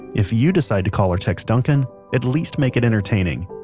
if you decide to call or text duncan at least make it entertaining.